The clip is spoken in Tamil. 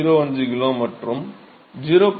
05 கிலோ மற்றும் 0